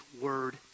word